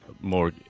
more